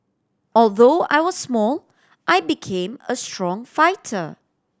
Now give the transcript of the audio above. although I was small I became a strong fighter